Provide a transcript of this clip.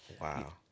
wow